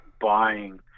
buying